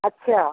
अच्छा